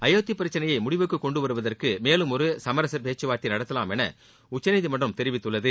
அயோத்தி பிரச்சனையை முடிவுக்கு கொண்டு வருவதற்கு மேலும் ஒரு சமரச பேச்கவார்த்தை நடத்தலாம் என உச்சநீதிமன்றம் தெரிவித்துள்ளது